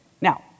Now